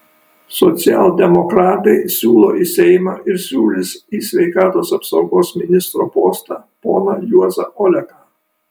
socialdemokratai siūlo į seimą ir siūlys į sveikatos apsaugos ministro postą poną juozą oleką